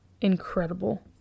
incredible